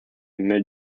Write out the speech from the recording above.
mid